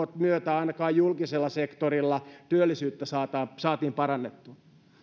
myötä ainakaan julkisella sektorilla työllisyyttä saatiin parannettua